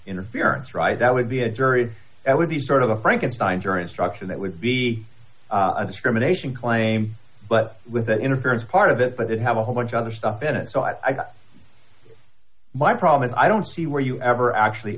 interference right that would be a jury that would be sort of a frankenstein jury instruction that would be a discrimination claim but with that interference part of it but it have a whole bunch of other stuff in it so i my problem and i don't see where you ever actually